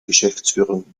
geschäftsführung